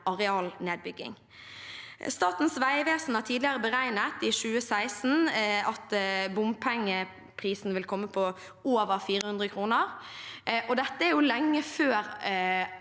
arealnedbygging. Statens vegvesen har tidligere, i 2016, beregnet at bompengeprisen vil komme på over 400 kr, og dette er lenge før